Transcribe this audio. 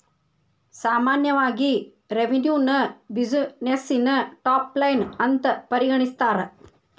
ಸಾಮಾನ್ಯವಾಗಿ ರೆವೆನ್ಯುನ ಬ್ಯುಸಿನೆಸ್ಸಿನ ಟಾಪ್ ಲೈನ್ ಅಂತ ಪರಿಗಣಿಸ್ತಾರ?